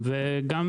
וגם